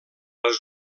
les